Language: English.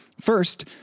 first